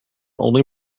only